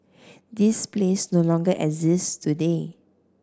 this place no longer exist today